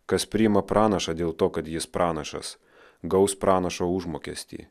kas priima pranašą dėl to kad jis pranašas gaus pranašo užmokestį